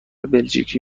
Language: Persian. بلژیکی